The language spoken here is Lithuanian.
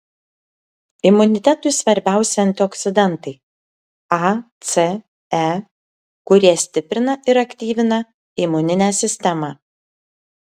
imunitetui svarbiausi antioksidantai a c e kurie stiprina ir aktyvina imuninę sistemą